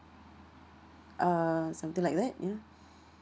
uh something like that ya